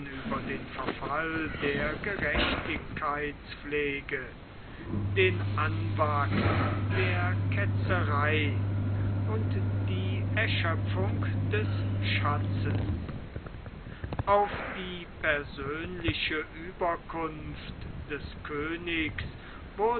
über den verfall der gerechtigkeitspflege den anwachs der ketzerei und die erschöpfung des schatzes auf die persönliche ueberkunft des königs